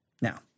Now